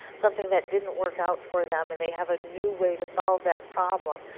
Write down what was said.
something that didn't work out for them, and they have a new way to solve that problem.